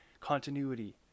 continuity